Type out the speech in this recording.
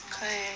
可以